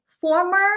former